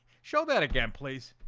show that again, please.